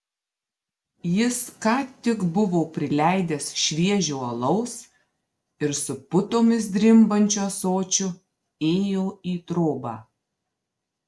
jis ką tik buvo prileidęs šviežio alaus ir su putomis drimbančiu ąsočiu ėjo į trobą